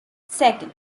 second